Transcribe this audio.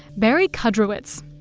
barry kudrowitz.